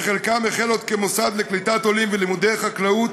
שחלקם החלו עוד כמוסדות לקליטת עולים ולימודי חקלאות,